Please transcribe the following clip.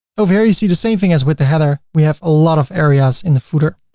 over here, you see the same thing as with the header. we have a lot of areas in the footer.